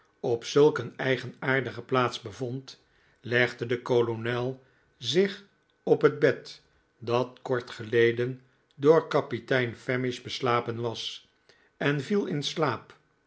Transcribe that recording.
op zulk een eigenaardige plaats bevond legde de kolonel zich op het bed dat kort geleden door kapitein famish beslapen was en viel in slaap